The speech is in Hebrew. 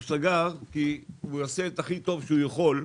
הוא סגר כי הוא יעשה את הכי טוב שהוא יכול,